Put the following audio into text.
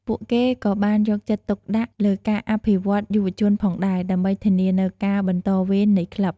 ពួកគេក៏បានយកចិត្តទុកដាក់លើការអភិវឌ្ឍន៍យុវជនផងដែរ ដើម្បីធានានូវការបន្តវេននៃក្លឹប។